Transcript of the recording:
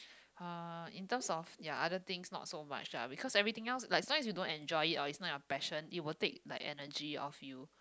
uh in terms of ya other things not so much ah because everything else like as long as you don't enjoy it or is not your passion it will take the energy off you